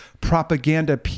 propaganda